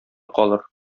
калыр